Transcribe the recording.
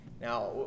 Now